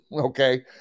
okay